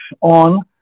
on